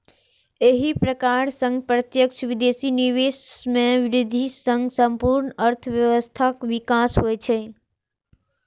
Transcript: एहि प्रकार सं प्रत्यक्ष विदेशी निवेश मे वृद्धि सं संपूर्ण अर्थव्यवस्थाक विकास होइ छै